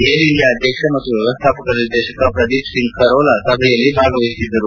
air India ಅಧ್ಯಕ್ಷ ಮತ್ತು ವ್ಯವಸ್ಥಾಪಕ ನಿರ್ದೇಶಕ ಪ್ರದೀಪ್ ಸಿಂಗ್ ಖರೋಲಾ ಸಭೆಯಲ್ಲಿ ಭಾಗವಹಿಸಿದ್ದರು